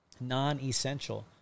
non-essential